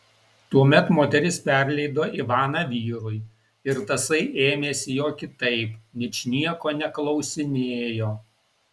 tuomet moteris perleido ivaną vyrui ir tasai ėmėsi jo kitaip ničnieko neklausinėjo